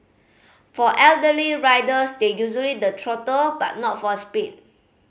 for elderly riders they the throttle but not for speed